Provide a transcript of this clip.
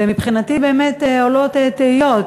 ומבחינתי עולות תהיות,